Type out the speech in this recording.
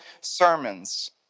sermons